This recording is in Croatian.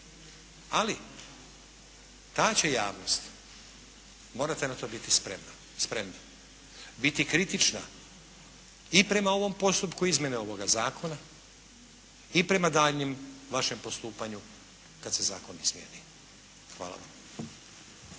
Ali ta će javnost, morate na to biti spremni, biti kritična i prema ovom postupku izmjene ovog zakona, i prema daljnjem vašem postupanju kad se zakon izmijeni. Hvala vam.